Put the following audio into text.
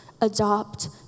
adopt